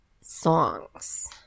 songs